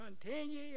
continue